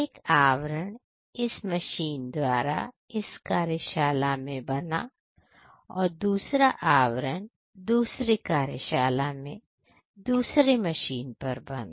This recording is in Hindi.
एक आवरण इस मशीन द्वारा इस कार्यशाला में बना और दूसरा आवरण दूसरे कार्यशाला में दूसरे मशीन पर बना